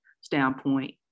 standpoint